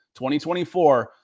2024